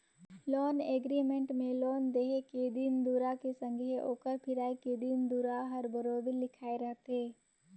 loan agreement में loan देहे के दिन दुरा के संघे ओकर फिराए के दिन दुरा हर बरोबेर लिखाए रहथे